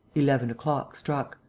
eleven o'clock struck.